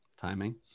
timing